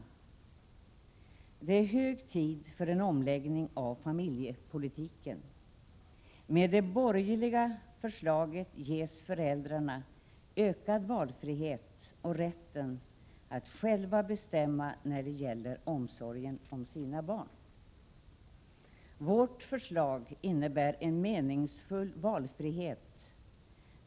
Det är hög tid för en omläggning av familjepolitiken. Med det borgerliga förslaget ges föräldrarna ökad valfrihet och rätten att själva bestämma när det gäller omsorgen om sina barn. Vårt förslag innebär en meningsfull valfrihet.